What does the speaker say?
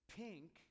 pink